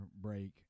break